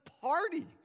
party